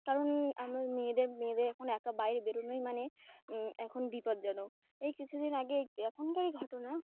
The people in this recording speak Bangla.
কারণ আমার মেয়েদের মেয়েদের এখন একা বাইরে বেরোনোই মানে এখন বিপজ্জনক এই কিছুদিন আগে এখনকারই ঘটনা